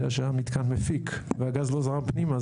שהיה מתקן מפיק והגז לא זרם פנימה,